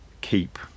keep